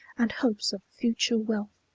and hopes of future wealth,